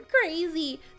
crazy